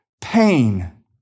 pain